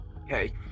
Okay